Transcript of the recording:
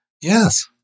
Yes